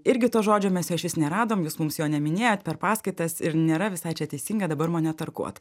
irgi to žodžio mes jo išvis neradom jūs mums jo neminėjot per paskaitas ir nėra visai čia teisinga dabar mane tarkuot